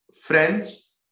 friends